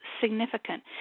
significant